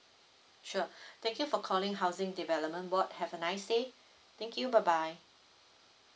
sure thank you for calling housing development board have a nice day thank you bye bye